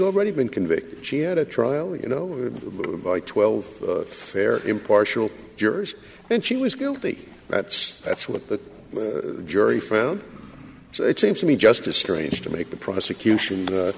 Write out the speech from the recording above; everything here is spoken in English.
already been convicted she had a trial you know twelve fair impartial jurors and she was guilty that's that's what the jury found so it seems to me just as strange to make the prosecution